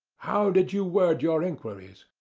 how did you word your inquiries?